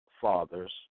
fathers